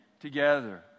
together